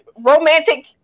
romantic